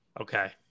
Okay